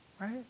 Right